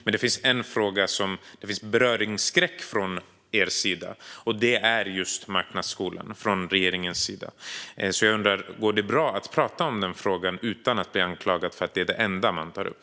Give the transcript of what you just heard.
Men det finns en fråga där det finns beröringsskräck från er och regeringens sida, och det är frågan om marknadsskolan. Jag undrar därför: Går det bra att prata om den frågan utan att bli anklagad för att det är det enda som vi tar upp?